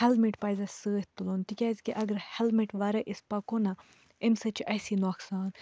helmet پَزس سۭتۍ تُلُن تِکیٛازِکہِ اگر ہٮ۪لمِٹ وَرٲے أسۍ پَکو نہ امہِ سۭتۍ چھُ اَسی نۄقصان